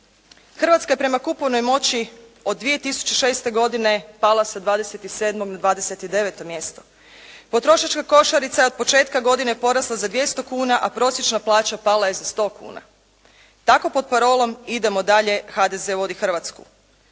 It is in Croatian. Hrvatska je prema kupovnoj moći od 2006. godine pala sa 27. na 29. mjesto. Potrošačka košarica je od početka godine porasla za 200 kuna, a prosječna plaća pala je za 100 kuna. Tako pod parolom "Idemo dalje" HDZ vodi Hrvatsku.